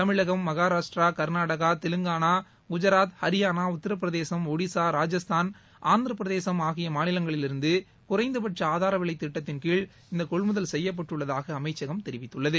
தமிழ்நாடு மகாராஷ்ட்ரா கர்நாடகா தெலுங்கானா குஜராத் ஹரியானா உத்தர பிரதேசம் ஒடிசா ராஜஸ்தான் ஆந்திர பிரதேசம் ஆகிய மாநிலங்களிலிருந்து குறைந்த பட்ச ஆதார விலைத் திட்டத்தின் கீழ் இந்தக் கொள்முதல் செய்யப்பட்டுள்ளதாக அமைச்சகம் தெரிவித்துள்ளது